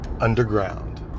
underground